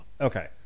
Okay